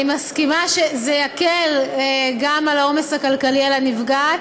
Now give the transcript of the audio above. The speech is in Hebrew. אני מסכימה שזה יקל גם על העומס הכלכלי על הנפגעת,